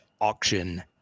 auction